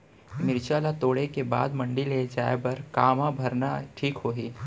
मिरचा ला तोड़े के बाद मंडी ले जाए बर का मा भरना ठीक होही?